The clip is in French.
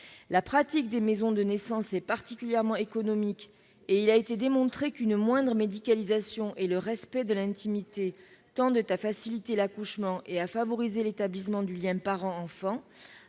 La pratique des maisons de naissance est particulièrement économique. En outre, il a été démontré qu'une moindre médicalisation et le respect de l'intimité tendent à faciliter l'accouchement et à favoriser l'établissement du lien parent-enfant.